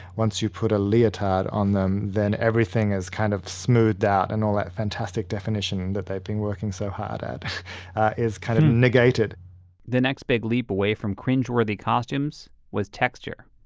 once you put a leotard on them, then everything is kind of smoothed out and all that fantastic definition that they've been working so hard at is kind of negated the next big leap away from cringeworthy costumes, was texture.